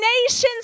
nations